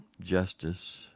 justice